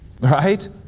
right